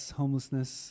homelessness